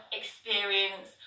experience